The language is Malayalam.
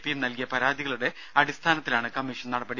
പിയും നൽകിയ പരാതികളുടെ അടിസ്ഥാനത്തിലാണ് കമ്മീഷൻ നടപടി